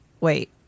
wait